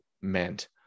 meant